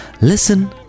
listen